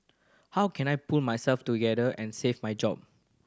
how can I pull myself together and save my job